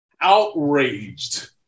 outraged